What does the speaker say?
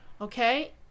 Okay